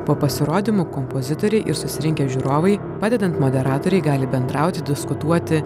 po pasirodymų kompozitoriai ir susirinkę žiūrovai padedant moderatorei gali bendrauti diskutuoti